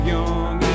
Young